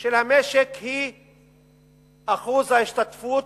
של המשק, היא אחוז ההשתתפות